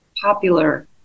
popular